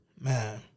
Man